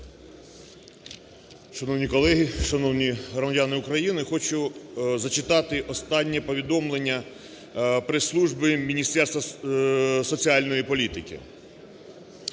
Шановні колеги, шановні громадяни України, хочу зачитати останнє повідомлення прес-служби Міністерства соціальної політики: